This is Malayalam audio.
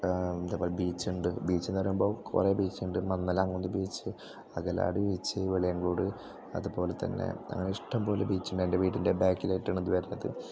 ബീച്ചൂണ്ട് ബീച്ച് എന്ന് പറയുമ്പോൾ കുറേ ബീച്ച് ഉണ്ട് മന്ദലാം കുന്ന് ബീച്ച് അതലാടി ബീച്ച് ഇവിടേയും കൂട് അതുപോലെ തന്നെ അങ്ങനെ ഇഷ്ടം പോലെ ബീച്ച് ഉണ്ട് എൻ്റെ വീടിൻ്റെ ബാക്കിലായിട്ടാണിത് വരുന്നത്